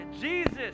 Jesus